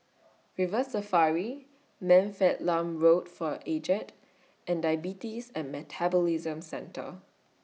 River Safari Man Fatt Lam Home For Aged and Diabetes and Metabolism Centre